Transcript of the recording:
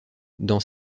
dans